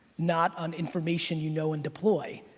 not on information you know and deploy.